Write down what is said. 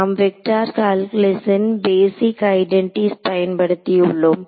நாம் வெக்டர் கால்குலஸின் basic identities பயன்படுத்தியுள்ளோம்